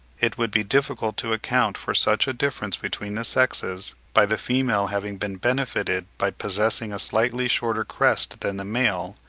it would be difficult to account for such a difference between the sexes by the female having been benefited by possessing a slightly shorter crest than the male,